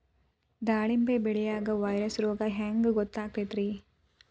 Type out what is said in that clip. ದಾಳಿಂಬಿ ಬೆಳಿಯಾಗ ವೈರಸ್ ರೋಗ ಹ್ಯಾಂಗ ಗೊತ್ತಾಕ್ಕತ್ರೇ?